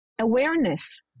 Awareness